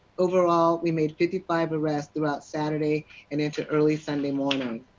overall we made fifty five arrests throughout saturday and into early sunday morning.